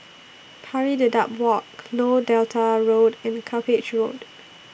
Pari Dedap Walk Lower Delta Road and Cuppage Road